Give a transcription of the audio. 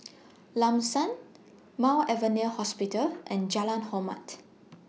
Lam San Mount Alvernia Hospital and Jalan Hormat